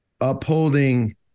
upholding